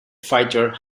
fighter